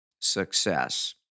success